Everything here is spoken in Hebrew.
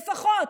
לפחות.